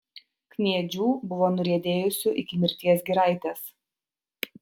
kniedžių buvo nuriedėjusių iki mirties giraitės